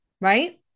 Right